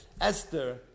Esther